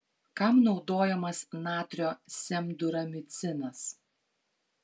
kam naudojamas natrio semduramicinas